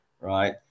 right